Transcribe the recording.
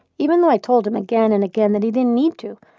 even though i told him again and again that he didn't need to,